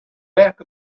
back